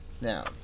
now